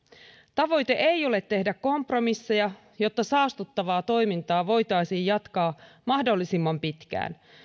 tavoite ei ole tehdä kompromisseja jotta saastuttavaa toimintaa voitaisiin jatkaa mahdollisimman pitkään